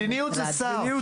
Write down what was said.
מדיניות זה שר.